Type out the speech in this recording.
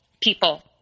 people